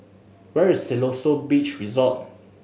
where is Siloso Beach Resort